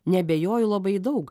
neabejoju labai daug